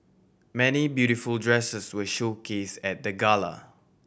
many beautiful dresses were showcase at the gala